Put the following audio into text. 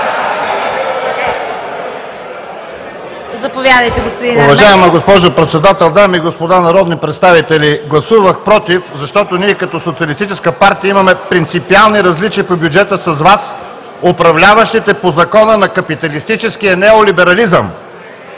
Заповядайте, господин Ерменков.